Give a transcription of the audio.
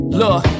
look